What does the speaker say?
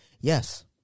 yes